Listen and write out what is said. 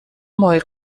ماهی